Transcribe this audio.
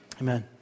Amen